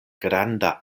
granda